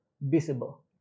visible